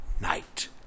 night